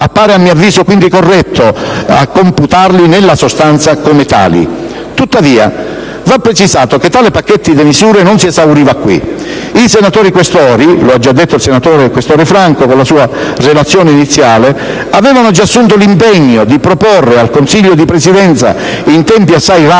Appare corretto quindi a mio avviso computarli nella sostanza come tali. Tuttavia, va precisato che tale pacchetto di misure non si esauriva qui. I senatori Questori - lo ha già detto il senatore Questore Franco nella sua relazione iniziale - avevano già assunto l'impegno di proporre al Consiglio di Presidenza, in tempi assai rapidi,